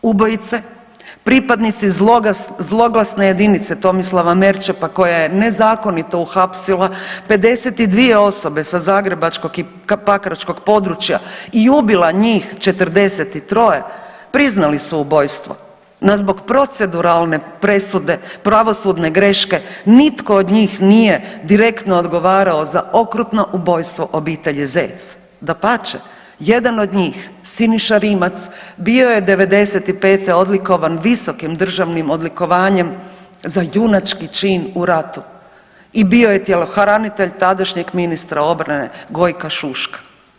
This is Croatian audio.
Ubojice, pripadnici zloglasne jedinice Tomislava Merčepa koja je nezakonito uhapsila 52 osobe sa zagrebačkog i pakračkog područja i ubila njih 43 priznali su ubojstvo, no zbog proceduralne presude pravosudne greške nitko od njih nije direktno odgovarao za okrutno ubojstvo obitelji Zec, dapače, jedan od njih Siniša Rimac bio je '95. odlikovan visokim državnim odlikovanjem za junački čin u ratu i bio je tjelohranitelj tadašnjeg ministra obrane Gojka Šuška.